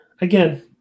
again